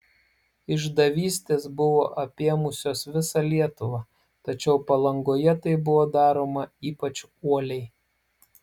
išdavystės buvo apėmusios visą lietuvą tačiau palangoje tai buvo daroma ypač uoliai